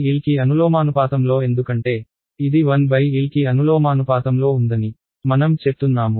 1L కి అనులోమానుపాతంలో ఎందుకంటే ఇది 1L కి అనులోమానుపాతంలో ఉందని మనం చెప్తున్నాము